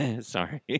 sorry